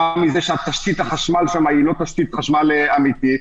מאחר שתשתית החשמל שם היא לא תשתית חשמל אמיתית.